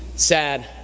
sad